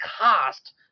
cost